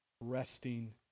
resting